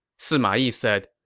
sima yi said,